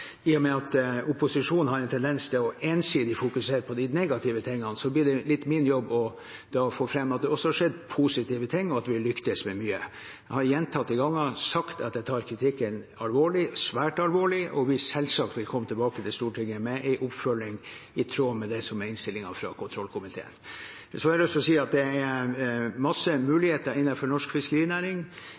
i og med at opposisjonen har en tendens til ensidig å fokusere på de negative tingene, litt min jobb å få fram at det også har skjedd positive ting, og at vi har lyktes med mye. Jeg har gjentatte ganger sagt at jeg tar kritikken alvorlig, svært alvorlig, og at vi selvsagt vil komme tilbake til Stortinget med en oppfølging i tråd med det som er innstillingen fra kontrollkomiteen. Så har jeg lyst til å si at det er mange muligheter innenfor norsk fiskerinæring.